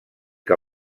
que